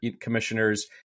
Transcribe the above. commissioners